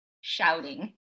shouting